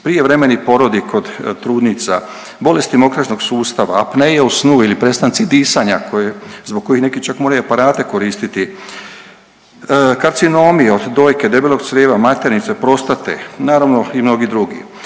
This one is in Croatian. prijevremeni porodi kod trudnica, bolesti mokraćnog sustava, apneje u snu ili prestanci disanja koje, zbog kojih neki čak moraju i aparate koristiti, karcinomi od dojke, debelog crijeva, maternice, prostate, naravno i mnogi drugi.